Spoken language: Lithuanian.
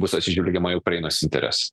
bus atsižvelgiama į ukrainos interes